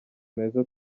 meza